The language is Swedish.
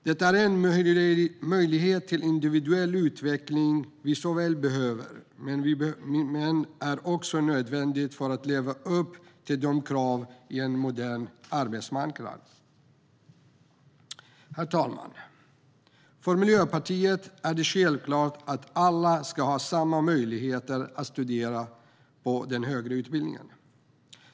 Det är en möjlighet till individuell utveckling vi så väl behöver, men det är också nödvändigt för att leva upp till kraven på en modern arbetsmarknad. Herr talman! För Miljöpartiet är det självklart att alla ska ha samma möjligheter att studera på den högre utbildningen.